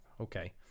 okay